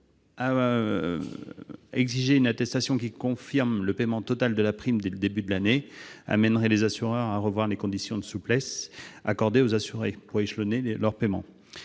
exiger l'attestation du paiement total de la prime dès le début de l'année conduirait les assureurs à revoir les conditions de souplesse accordées aux assurés pour échelonner les paiements.